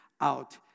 out